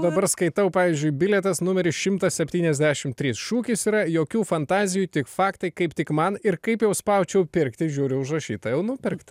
dabar skaitau pavyzdžiui bilietas numeris šimtas septyniasdešim trys šūkis yra jokių fantazijų tik faktai kaip tik man ir kaip jau spaudžiau pirkti žiūriu užrašyta jau nupirkta